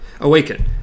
awaken